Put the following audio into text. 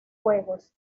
juegos